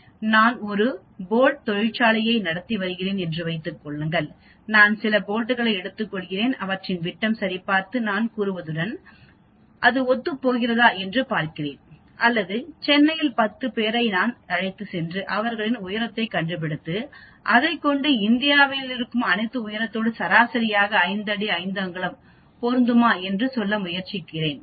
நான் ஒரு போல்ட் தொழிற்சாலையை நடத்தி வருகிறேன் என்று வைத்துக்கொள்ளுங்கள் நான் சில போல்ட்களை எடுத்துக்கொள்கிறேன் அவற்றின் விட்டம் சரிபார்த்து நான் கூறுவதுடன் இது ஒத்துப்போகிறதா என்று பார்க்கிறேன் அல்லது சென்னையில்10 பேரை நான் அழைத்துச் என்று அவர்களின் உயரத்தை கண்டுபிடித்து அதைக்கொண்டு இந்தியர்களின் உயரத்தோடு சராசரியாக 5 அடி 5 அங்குலங்கள் பொருந்துமா என்று முயற்சித்து பார்க்கிறேன்